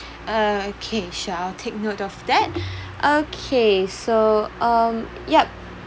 okay sure I'll take note of that okay so um yup